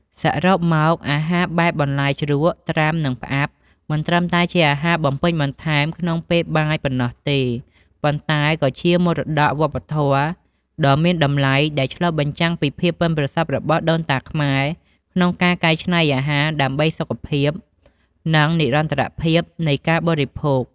សរុបមក អាហារបែបបន្លែជ្រក់ ត្រាំ និងផ្អាប់ មិនត្រឹមតែជាអាហារបំពេញបន្ថែមក្នុងពេលបាយប៉ុណ្ណោះទេ ប៉ុន្តែក៏ជាមរតកវប្បធម៌ដ៏មានតម្លៃដែលឆ្លុះបញ្ចាំងពីភាពប៉ិនប្រសប់របស់ដូនតាខ្មែរក្នុងការកែច្នៃអាហារ ដើម្បីសុខភាព និងនិរន្តរភាពនៃការបរិភោគ។